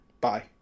bye